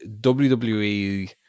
wwe